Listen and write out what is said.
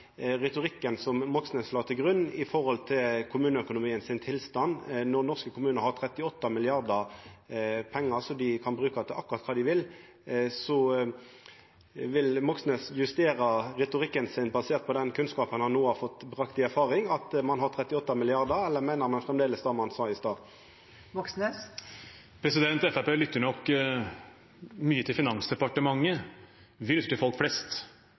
retorikken som Moxnes la til grunn når det gjeld tilstanden i kommuneøkonomien, når norske kommunar har 38 mrd. kr som dei kan bruka til akkurat kva dei vil? Vil Moxnes justera retorikken sin basert på den kunnskapen han no har fått bringa i erfaring, at ein har 38 mrd. kr, eller meiner han framleis det han sa i stad? Fremskrittspartiet lytter nok mye til Finansdepartementet. Vi lytter til folk flest